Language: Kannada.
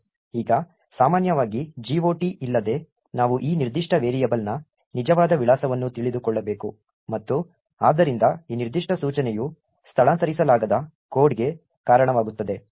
ಈಗ ಸಾಮಾನ್ಯವಾಗಿ GOT ಇಲ್ಲದೆ ನಾವು ಈ ನಿರ್ದಿಷ್ಟ ವೇರಿಯೇಬಲ್ನ ನಿಜವಾದ ವಿಳಾಸವನ್ನು ತಿಳಿದುಕೊಳ್ಳಬೇಕು ಮತ್ತು ಆದ್ದರಿಂದ ಈ ನಿರ್ದಿಷ್ಟ ಸೂಚನೆಯು ಸ್ಥಳಾಂತರಿಸಲಾಗದ ಕೋಡ್ಗೆ ಕಾರಣವಾಗುತ್ತದೆ